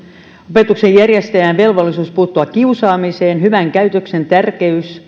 opetuksen järjestäjän velvollisuus puuttua kiusaamiseen hyvän käytöksen tärkeys ja